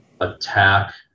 attack